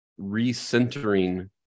recentering